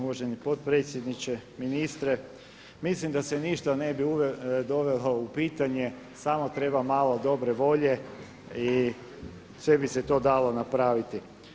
Uvaženi potpredsjedniče, ministre mislim da se ništa ne bi dovelo u pitanje, samo treba malo dobre volje i sve bi se to dalo napraviti.